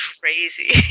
crazy